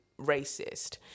racist